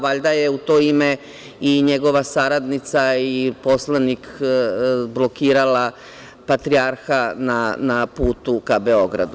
Valjda je u to ime i njegova saradnica i poslanik blokirala patrijarha na putu ka Beogradu.